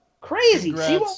Crazy